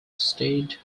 stayed